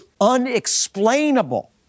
unexplainable